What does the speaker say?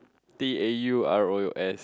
Taurus